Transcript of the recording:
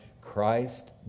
Christ